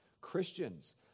Christians